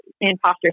imposter